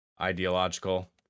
ideological